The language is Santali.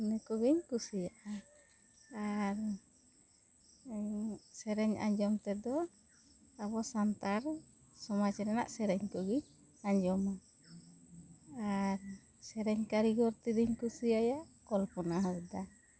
ᱤᱱᱟᱹ ᱠᱚᱜᱤᱧ ᱠᱩᱥᱤᱭᱟᱜ ᱟ ᱟᱨ ᱥᱮᱨᱮᱧ ᱟᱸᱡᱚᱢ ᱛᱮᱫᱚ ᱟᱵᱚ ᱥᱟᱱᱛᱟᱲ ᱥᱚᱢᱟᱡᱽ ᱨᱮᱱᱟᱜ ᱥᱮᱨᱮᱧ ᱠᱩᱜᱤᱧ ᱟᱸᱡᱚᱢᱟ ᱟᱨ ᱥᱮᱨᱮᱧ ᱠᱚᱨᱤᱜᱚᱨ ᱛᱮᱫᱩᱧ ᱠᱩᱥᱤᱭᱟᱭᱟ ᱠᱚᱞᱯᱚᱱᱟ ᱦᱟᱸᱥᱫᱟᱜ